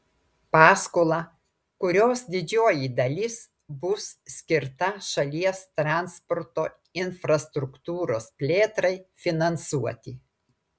paskolą kurios didžioji dalis bus skirta šalies transporto infrastruktūros plėtrai finansuoti